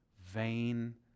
vain